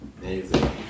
Amazing